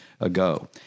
ago